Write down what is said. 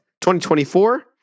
2024